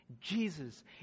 Jesus